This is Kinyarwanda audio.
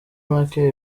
make